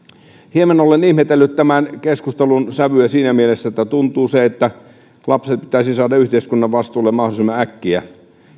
hieman olen ihmetellyt tämän keskustelun sävyä siinä mielessä että tuntuu siltä että lapset pitäisi saada yhteiskunnan vastuulle mahdollisimman äkkiä